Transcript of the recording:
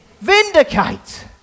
Vindicate